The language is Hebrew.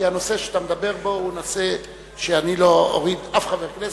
כי הנושא שאתה מדבר בו הוא נושא שבו אני לא אוריד אף חבר כנסת.